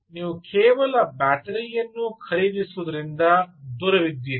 ಆದ್ದರಿಂದ ನೀವು ಕೇವಲ ಬ್ಯಾಟರಿಯನ್ನು ಖರೀದಿಸುವುದರಿಂದ ದೂರವಿದ್ದೀರಿ